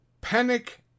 panic